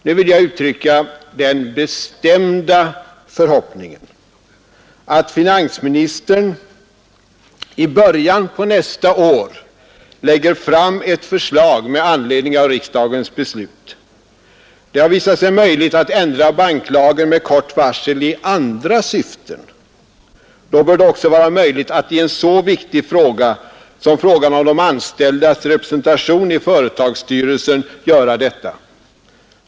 Nu vill jag uttrycka den bestämda förhoppningen att finansministern i början på nästa år lägger fram ett förslag med anledning av riksdagens beslut. Det har visat sig möjligt att ändra banklagen med kort varsel i andra syften. Då bör det också vara möjligt att i en så viktig fråga som den om de anställdas representation i företagsstyrelser göra detta.